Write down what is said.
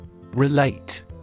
Relate